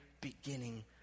beginning